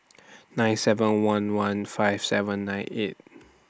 nine seven one one five seven nine eight